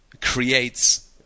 creates